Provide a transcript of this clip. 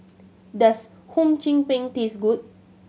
does Hum Chim Peng taste good